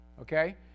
Okay